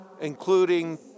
including